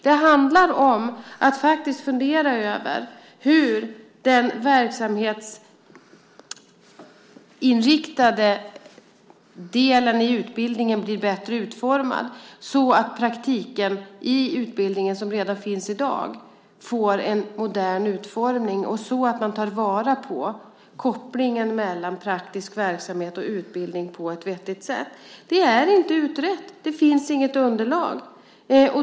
Det handlar om att faktiskt fundera på hur den verksamhetsinriktade delen av utbildningen blir bättre utformad så att den praktik i utbildningen som redan finns i dag får en modern utformning och så att man tar vara på kopplingen mellan praktisk verksamhet och utbildning på ett vettigt sätt. Det är inte utrett. Det finns inget underlag.